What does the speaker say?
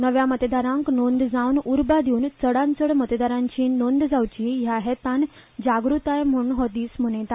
नव्या मतदारांक नोंद जावंक उर्बा दिवन आनी स्लभ करून चडांत चड मतदारांची नोंद जावची हया हेतान जाग़ताय म्हण हो दीस मनयतात